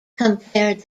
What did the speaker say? compared